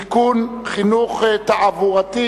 (תיקון, דחיית מועד חובת הנגישות),